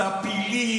"טפילים",